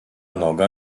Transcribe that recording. noga